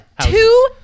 two